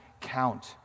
count